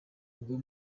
rwo